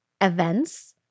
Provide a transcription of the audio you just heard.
events